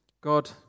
God